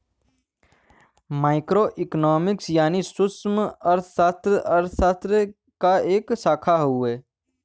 micro economics यानी सूक्ष्मअर्थशास्त्र अर्थशास्त्र क एक शाखा हउवे